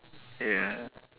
ya